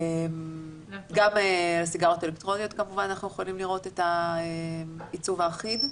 גם הסיגריות האלקטרוניות כמובן אנחנו יכולים לראות את העיצוב האחיד.